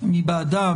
מי בעדה,